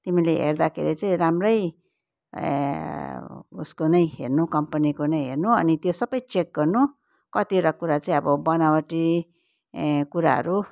तिमीले हेर्दाखेरि चाहिँ राम्रै उसको नै हेर्नु कम्पनीको नै हेर्नु अनि त्यो सबै चेक गर्नु कतिवटा कुरा चाहिँ अब बनावटी कुराहरू